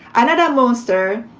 another monster,